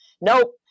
Nope